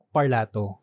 Parlato